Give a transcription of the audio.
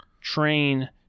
train